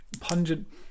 pungent